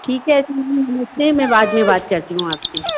ठीक है फिर मिलते हैं मैं बाद में बात करती हूँ आपसे